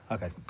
Okay